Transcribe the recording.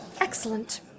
Excellent